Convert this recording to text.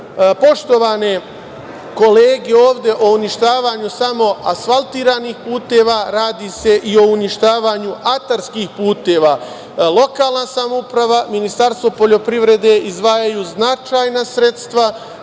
poštovane kolege, ovde o uništavanju samo asfaltiranih puteva. Radi se i o uništavanju atarskih puteva. Lokalna samouprava, Ministarstvo poljoprivrede izdvajaju značajna sredstva